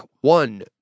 one